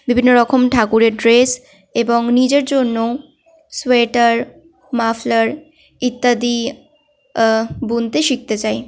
বিভিন্ন রকম ঠাকুরের ড্রেস এবং নিজের জন্য সোয়েটার মাফলার ইত্যাদি বুনতে শিখতে চাই